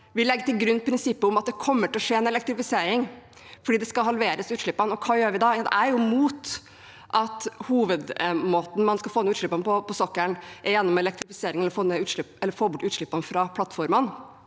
vi legger til grunn prinsippet om at det kommer til å skje en elektrifisering fordi utslippene skal halveres. Hva gjør vi da? Jeg er mot at hovedmåten man skal få ned utslippene på på sokkelen, er gjennom elektrifisering og å få bort utslippene fra plattformene.